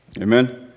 Amen